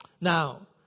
Now